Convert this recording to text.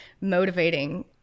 motivating